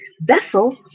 vessel